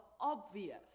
obvious